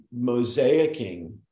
mosaicing